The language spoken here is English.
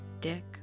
Dick